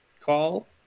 call